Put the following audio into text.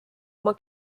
oma